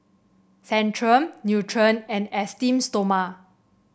Centrum Nutren and Esteem Stoma